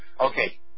Okay